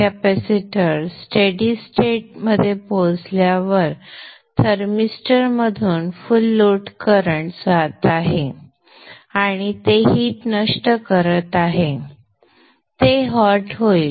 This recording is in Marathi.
कॅपेसिटर स्टेडि स्टेट त पोहोचल्यावर थर्मिस्टरमधून फुल लोड करंट जात आहे आणि ते हीट नष्ट करत आहे आणि ते हॉट होईल